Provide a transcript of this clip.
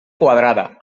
quadrada